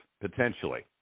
potentially